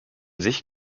sich